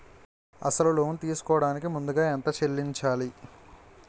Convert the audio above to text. అసలు లోన్ తీసుకోడానికి ముందుగా ఎంత చెల్లించాలి?